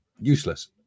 Useless